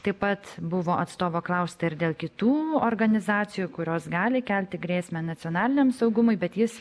taip pat buvo atstovo klausta ir dėl kitų organizacijų kurios gali kelti grėsmę nacionaliniam saugumui bet jis